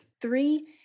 three